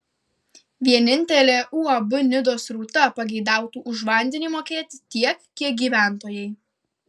vienintelė uab nidos rūta pageidautų už vandenį mokėti tiek kiek gyventojai